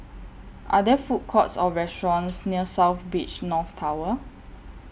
Are There Food Courts Or restaurants near South Beach North Tower